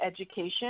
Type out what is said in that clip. education